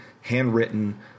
handwritten